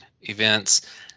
events